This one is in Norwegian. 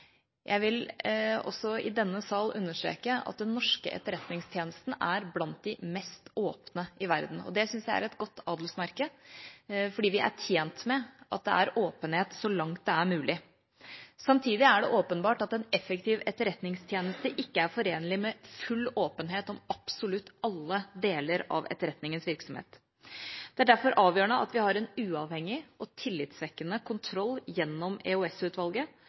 Jeg vil i denne salen også understreke at den norske etterretningstjenesten er blant de mest åpne i verden. Det syns jeg er et godt adelsmerke, for vi er tjent med at det er åpenhet, så langt det er mulig. Samtidig er det åpenbart at en effektiv etterretningstjeneste ikke er forenlig med full åpenhet om absolutt alle deler av etterretningens virksomhet. Det er derfor avgjørende at vi har en uavhengig og tillitvekkende kontroll gjennom